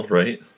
right